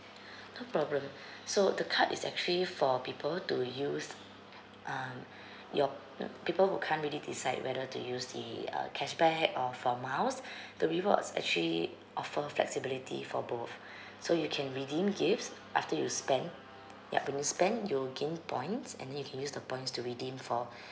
no problem so the card is actually for people to use uh your y~ people who can't really decide whether to use the uh cashback or for miles the rewards actually offer flexibility for both so you can redeem gifts after you spend yup when you spend you will gain points and then you can use the points to redeem for